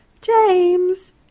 James